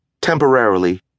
temporarily